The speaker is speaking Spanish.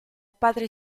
padre